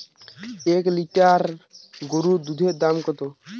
এক লিটার গোরুর দুধের দাম কত?